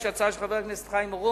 יש הצעה של חבר הכנסת חיים אורון.